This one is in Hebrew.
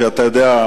אתה יודע,